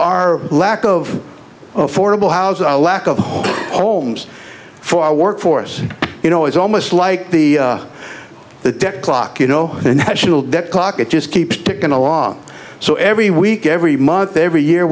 our lack of affordable housing or lack of homes for our workforce you know it's almost like the the debt clock you know the national debt clock it just keeps ticking along so every week every month every year